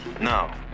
Now